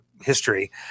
history